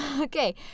Okay